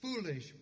foolish